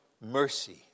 mercy